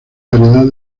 variedad